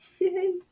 Yay